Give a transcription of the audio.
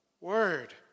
word